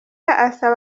asaba